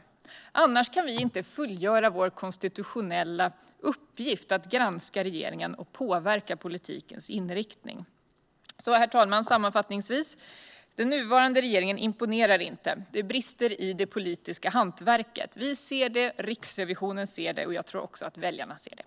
Annars kan vi inte fullgöra vår konstitutionella uppgift att granska regeringen och påverka politikens inriktning. Herr talman! Den nuvarande regeringen imponerar inte. Det finns brister i det politiska hantverket. Vi ser det, Riksrevisionen ser det och jag tror också att väljarna ser det.